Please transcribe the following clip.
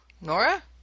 Nora